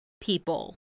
people